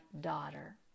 daughter